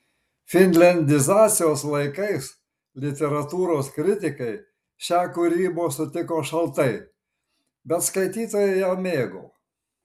finliandizacijos laikais literatūros kritikai šią kūrybą sutiko šaltai bet skaitytojai ją mėgo